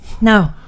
no